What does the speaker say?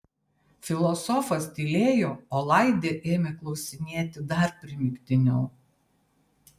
filosofas tylėjo o laidė ėmė klausinėti dar primygtiniau